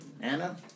Anna